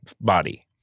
body